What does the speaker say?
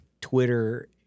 Twitter